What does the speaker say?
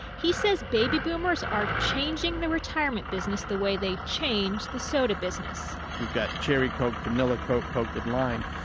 he says baby boomers are changing the retirement business the way they changed the soda business we've got cherry coke, vanilla coke, coke with lime.